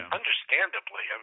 Understandably